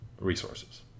resources